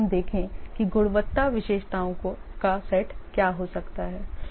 आइए हम देखें कि गुणवत्ता विशेषताओं का सेट क्या हो सकता है